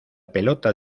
pelota